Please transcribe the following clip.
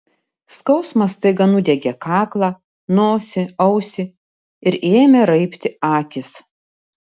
skausmas staiga nudiegė kaklą nosį ausį ir ėmė raibti akys